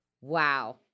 Wow